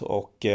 och